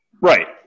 Right